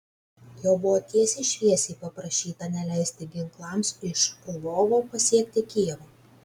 jo buvo tiesiai šviesiai paprašyta neleisti ginklams iš lvovo pasiekti kijevo